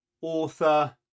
author